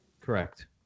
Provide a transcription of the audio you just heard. Correct